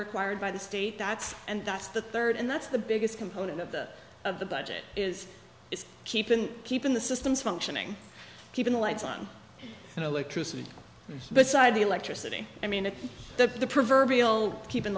required by the state that's and that's the third and that's the biggest component of the of the budget is it's keeping keeping the systems functioning keeping the lights on and electricity beside the electricity i mean the proverbial keeping